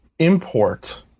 import